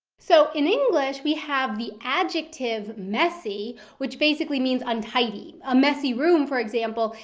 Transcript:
so in english we have the adjective messy, which basically means untidy. a messy room, for example,